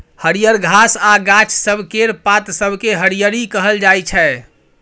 हरियर घास आ गाछ सब केर पात सबकेँ हरियरी कहल जाइ छै